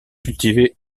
cultivée